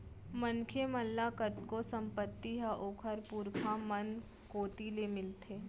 मनखे मन ल कतको संपत्ति ह ओखर पुरखा मन कोती ले मिलथे